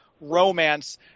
romance